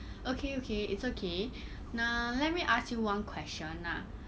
okay okay it's okay now let me ask you one question lah